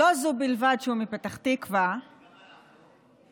לא זו בלבד שהוא מפתח תקווה, גם אנחנו.